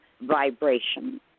vibration